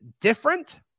different